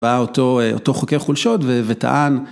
בא אותו חוקר חולשות וטען.